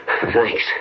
Thanks